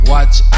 Watch